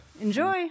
Enjoy